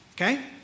okay